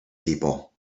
people